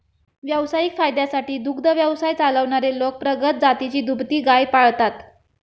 व्यावसायिक फायद्यासाठी दुग्ध व्यवसाय चालवणारे लोक प्रगत जातीची दुभती गाय पाळतात